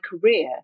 career